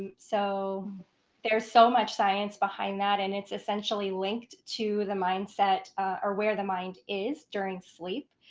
so there's so much science behind that, and it's essentially linked to the mindset or, where the mind is during sleep.